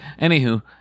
Anywho